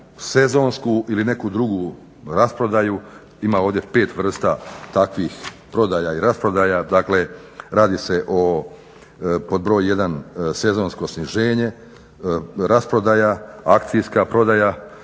sezonsku ili neku drugu rasprodaju. Ima ovdje takvih pet vrsta prodaja i rasprodaja, dakle radi se o pod broj 1. sezonsko sniženje, rasprodaja, akcijska prodaja,